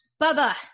Bubba